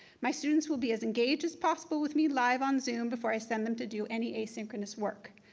my students will be as engaged as possible with me live on zoom before i send them to do any asynchronous work.